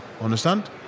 understand